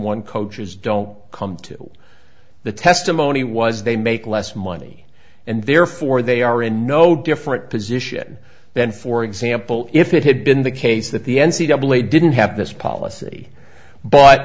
one coaches don't come to the testimony was they make less money and therefore they are in no different position than for example if it had been the case that the n c double a didn't have this policy but